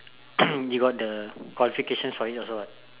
you got the qualification for it also [what]